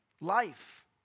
Life